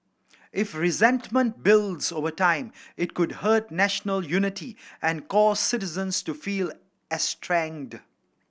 if resentment builds over time it could hurt national unity and cause citizens to feel estranged